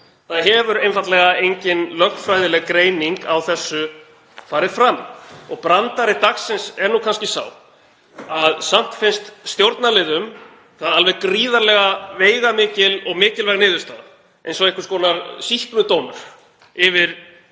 Það hefur einfaldlega engin lögfræðileg greining á þessu farið fram, og brandari dagsins er kannski sá að samt finnst stjórnarliðum það alveg gríðarlega veigamikil og mikilvæg niðurstaða, eins og það sé einhvers konar sýknudómur yfir